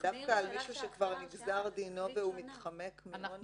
אבל דווקא מישהו שכבר נגזר דינו ומתחמק מעונש?